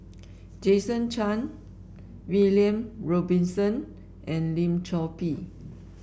Jason Chan William Robinson and Lim Chor Pee